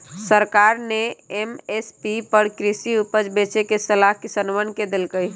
सरकार ने एम.एस.पी पर कृषि उपज बेचे के सलाह किसनवन के देल कई